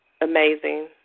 amazing